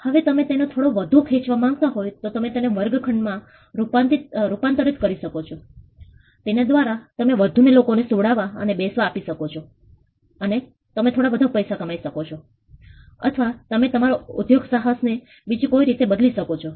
હવે તમે તેને થોડો વધુ ખેંચવા માંગતા હોય તો તમે તેને વર્ગખંડ માં રૂપાંતરિત કરી શકો છો જેના દ્વારા તમે વધુ લોકોને સુવા અને બેસવા માટે આપી શકો છો અને તમે થોડા વધુ પૈસા કમાઈ શકો ચો અથવા તમે તમારા ઉદ્યોગસાહસ ને બીજી કોઈ રીતે બદલી શકો છો